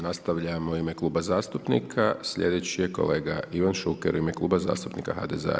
Nastavljamo u ime kluba zastupnika, sljedeći je kolega Ivan Šuker u ime Kluba zastupnika HDZ-a.